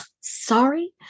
sorry